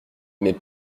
mais